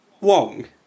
Wong